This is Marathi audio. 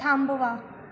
थांबवा